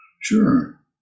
Sure